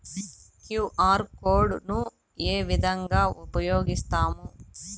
QR code ను ఏ విధంగా ఉపయగిస్తాము?